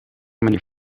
manier